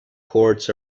courts